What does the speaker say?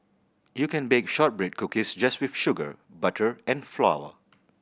you can bake shortbread cookies just with sugar butter and flour